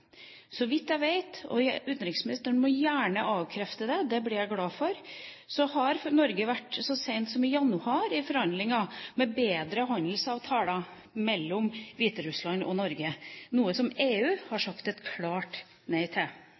Så vidt jeg vet – utenriksministeren må gjerne avkrefte det; det blir jeg glad for – har Norge så sent som i januar vært i forhandlinger om bedre handelsavtaler mellom Hviterussland og Norge, noe som EU har sagt et klart nei til.